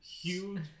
huge